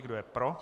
Kdo je pro?